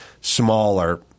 smaller